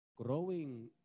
Growing